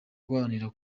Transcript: guharanira